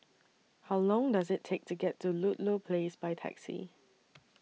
How Long Does IT Take to get to Ludlow Place By Taxi